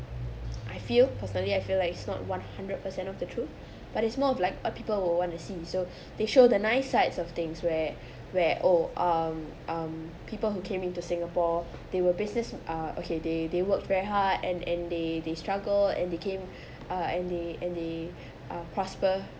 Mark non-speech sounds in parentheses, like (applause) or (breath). I feel personally I feel like it's not one hundred percent of the truth but it's more of like a people will want to see so (breath) they show the nice sights of things where (breath) where oh um um people who came into singapore they were business ah okay they they work very hard and and they they struggle and they came (breath) uh and they and they (breath) uh prosper